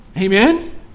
Amen